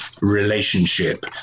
relationship